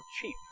cheap